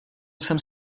jsem